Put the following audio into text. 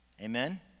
Amen